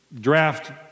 draft